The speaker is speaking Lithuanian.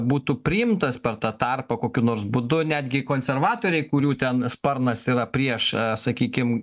būtų priimtas per tą tarpą kokiu nors būdu netgi konservatoriai kurių ten sparnas yra prieš sakykim